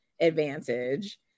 advantage